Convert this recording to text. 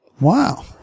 wow